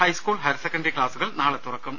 high school higher secondary ക്ലാസുകൾ നാളെ തുറക്കും